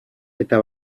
eta